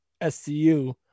scu